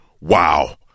Wow